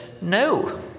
no